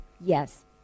Yes